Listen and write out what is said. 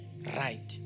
right